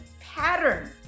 pattern